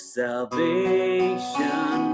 salvation